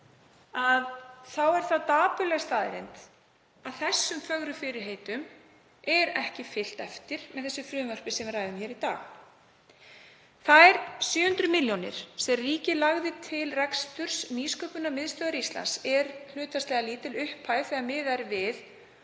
Þá er það dapurleg staðreynd að þeim fögru fyrirheitum er ekki fylgt eftir með því frumvarpi sem við ræðum hér í dag. Þær 700 milljónir sem ríkið lagði til reksturs Nýsköpunarmiðstöðvar Íslands eru hlutfallslega lítil upphæð þegar miðað er við